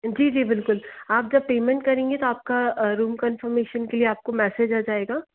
जी जी बिल्कुल आप जब पेमेंट करेंगे तो आपका रूम कन्फर्मेशन के लिए आपको मैसेज आ जाएगा